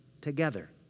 together